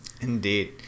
Indeed